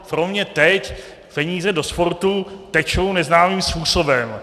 Pro mě teď peníze do sportu tečou neznámým způsobem.